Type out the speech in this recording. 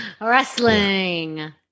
wrestling